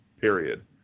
period